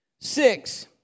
Six